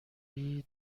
روی